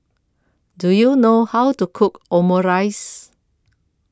Do YOU know How to Cook Omurice